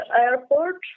airport